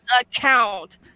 account